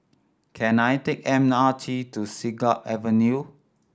can I take M R T to Siglap Avenue